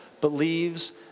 believes